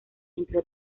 entre